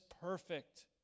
perfect